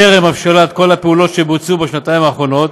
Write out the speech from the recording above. טרם הבשלת כל הפעולות שנעשו בשנתיים האחרונות,